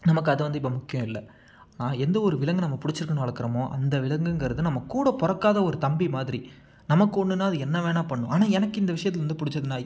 நமக்கு அது வந்து இப்போ முக்கியம் இல்லை எந்த ஒரு விலங்கு நம்ம பிடிச்சிருக்குன்னு வளர்க்குறமோ அந்த விலங்குங்கிறது நம்ம கூட பிறக்காத ஒரு தம்பி மாதிரி நமக்கு ஒன்றுன்னா அது என்ன வேணால் பண்ணணும் ஆனால் எனக்கு இந்த விஷயத்திலேந்து பிடிச்சது நாய்